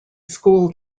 school